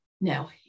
No